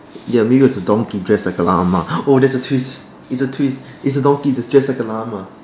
ya maybe it was a donkey dressed like a llama oh that's a twist it's a twist it's a donkey that's dressed like a llama